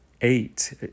eight